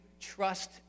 trust